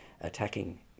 attacking